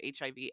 hiv